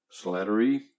slattery